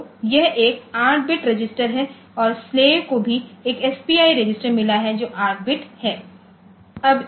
तो यह एक 8 बिट रजिस्टर है और स्लेव को भी एक एसपीआई रजिस्टर मिला है जो 8 बिटहै